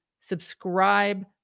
subscribe